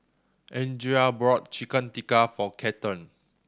Andria bought Chicken Tikka for Cathern